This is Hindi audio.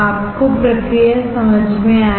आपको प्रक्रिया समझ में आयी